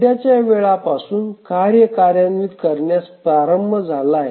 सध्याच्या वेळापासून कार्य कार्यान्वित करण्यास प्रारंभ झाले आहे